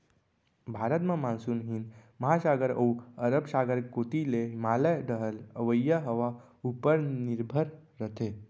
भारत म मानसून हिंद महासागर अउ अरब सागर कोती ले हिमालय डहर अवइया हवा उपर निरभर रथे